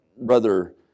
Brother